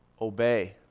obey